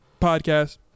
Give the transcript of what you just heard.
podcast